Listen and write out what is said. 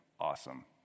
awesome